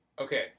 Okay